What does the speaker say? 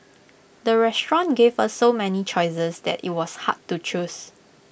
the restaurant gave A so many choices that IT was hard to choose